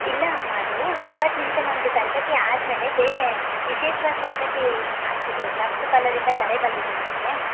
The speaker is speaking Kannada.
ಇಲ್ಲ ಅಮ್ಮ ಅದು ನಲವತ್ತು ನಿಮಿಷ ನಮ್ಮದು ತರಗತಿ ಆದ ಮೇಲೆ ಬೇರೆ ವಿಶೇಷ್ವಾದ ತರಗತಿ ಆಗ್ತಿದೆ ಪ್ರಾಂಶುಪಾಲರಿಂದ ಕರೆ ಬಂದಿದೆ ನಮಗೆ